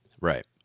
Right